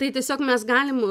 tai tiesiog mes galim